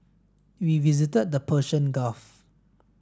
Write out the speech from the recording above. we visited the Persian Gulf